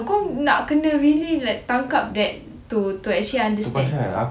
kau nak kene really like tangkap that to to actually understand